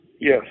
Yes